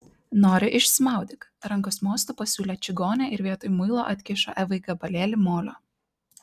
nori išsimaudyk rankos mostu pasiūlė čigonė ir vietoj muilo atkišo evai gabalėlį molio